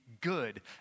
good